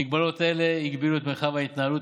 מגבלות אלה הגבילו את מרחב ההתנהלות